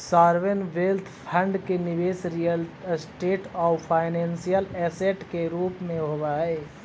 sovereign wealth fund के निवेश real estate आउ फाइनेंशियल ऐसेट के रूप में होवऽ हई